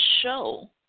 show